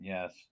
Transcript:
Yes